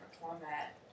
format